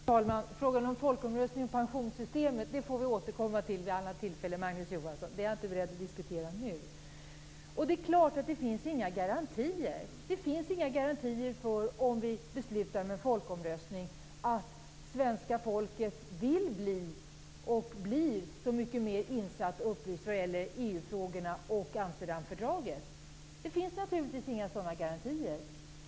Fru talman! Frågan om folkomröstning om pensionssystemet får vi återkomma till vid annat tillfälle, Magnus Johansson. Det är jag inte beredd att diskutera nu. Det är klart att det inte finns några garantier om vi beslutar om en folkomröstning att svenska folket vill bli och blir så mycket mer insatt och upplyst när det gäller EU-frågorna och Amsterdamfördraget. Det finns naturligtvis inga sådana garantier.